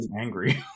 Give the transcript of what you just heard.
angry